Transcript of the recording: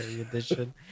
edition